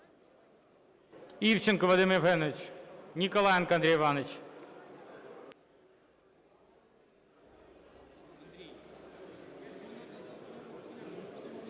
Івченко Вадим Євгенович. Ніколаєнко Андрій Іванович.